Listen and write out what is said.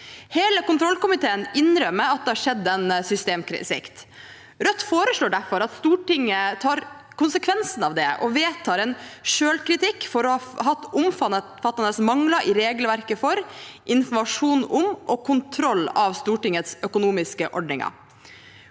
Hele kontrollkomiteen innrømmer at det har skjedd en systemsvikt. Rødt foreslår derfor at Stortinget tar konsekvensen av det og vedtar en selvkritikk for å ha hatt omfattende mangler i regelverket for informasjon om og kontroll av Stortingets økonomiske ordninger.